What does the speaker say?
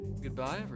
Goodbye